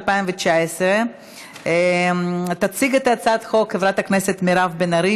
התשע"ט 2019. תציג את הצעת החוק חברת הכנסת מירב בן ארי,